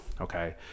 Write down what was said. Okay